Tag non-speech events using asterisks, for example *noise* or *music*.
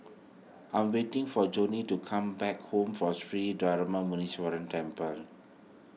I'm waiting for Joline to come back *unintelligible* from Sri Darma Muneeswaran Temple